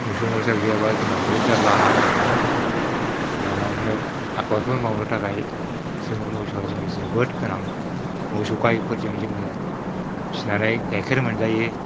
मोसौ मोसा गैयाबा जोंहा बहुत जारला हालेवनो माबानो आबादफोर मावनो थाखाय जोंनो मोसौआ जोंनो जोबोद गोनां मोसौ गायफोरजों जोङो फिसिनानै गाइखेर मोनजायो